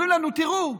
אומרים לנו: תראו,